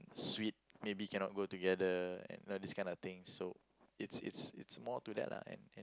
sweet maybe cannot go together and know this kind of things so it's it's it's more to that lah and